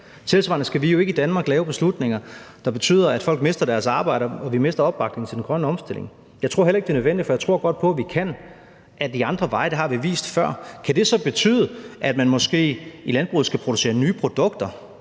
Tilsvarende skal vi jo ikke i Danmark lave beslutninger, der betyder, at folk mister deres arbejde, og at vi mister opbakningen til den grønne omstilling. Jeg tror heller ikke, det er nødvendigt, for jeg tror godt på, at vi kan ad andre veje. Det har vi vist før. Kan det så betyde, at man måske i landbruget skal producere nye produkter?